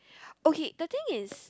okay the thing is